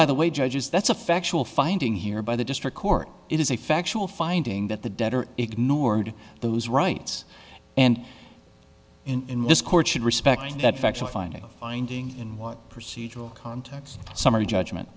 by the way judges that's a factual finding here by the district court it is a factual finding that the debtor ignored those rights and in this court should respect that factual finding finding in what procedural context summary judgment